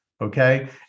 Okay